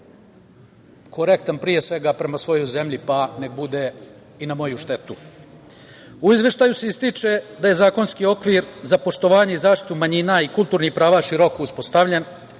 korektan, pre svega, prema svojoj zemlji, pa nek bude i na moju štetu.U Izveštaju se ističe da je zakonski okvir za poštovanje i zaštitu manjina i kulturnih prava široko uspostavljen